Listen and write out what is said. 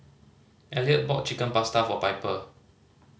Eliot bought Chicken Pasta for Piper